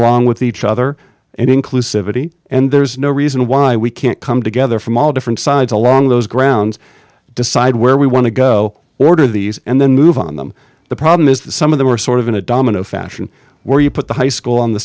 along with each other and inclusive a t and there's no reason why we can't come together from all different sides along those grounds decide where we want to go order these and then move on them the problem is that some of them are sort of in a domino fashion where you put the high school on the